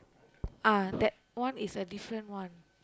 ah that one is a different one